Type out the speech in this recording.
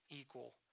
equal